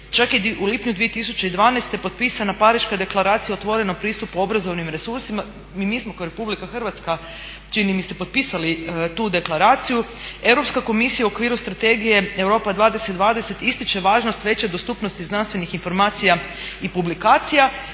Čak je u lipnju 2012. potpisana Pariška deklaracija o otvorenom pristupu obrazovnim resursima i mi smo kao RH čini mi se potpisali tu deklaraciju. Europska komisija u okviru strategije Europa 20-20 ističe važnost veće dostupnosti znanstveni informacija i publikacija.